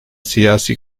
siyasi